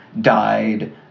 died